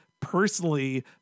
personally